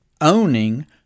owning